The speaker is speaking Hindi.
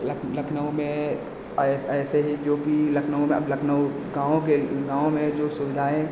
लख लखनऊ में ऐसे ऐसे ही जो भी लखनऊ में अब लखनऊ गाँव के गाँव में जो सुविधाएँ